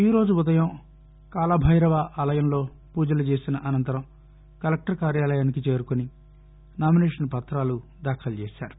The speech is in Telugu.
ఈ రోజు ఉదయం కాళభైరవ ఆలయంలో పూజలు చేసిన అనంతరం కలెక్టర్ కార్యాలయానికి చేరుకొని నామినేషన్ పత్రాలు దాఖలు చేశారు